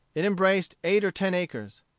it embraced eight or ten acres.